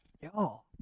y'all